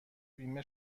بیمه